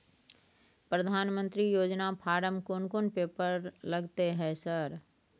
प्रधानमंत्री योजना फारम कोन कोन पेपर लगतै है सर?